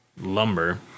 lumber